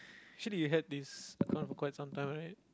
actually you had this account for quite some time right